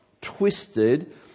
twisted